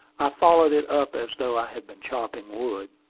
i followed it up as though i had been chopping wood.